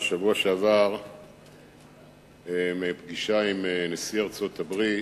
בשבוע שעבר מפגישה עם נשיא ארצות-הברית,